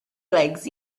legs